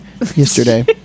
yesterday